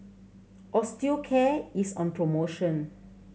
Osteocare is on promotion